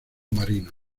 marino